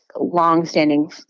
longstanding